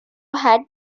had